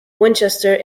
winchester